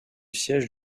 siège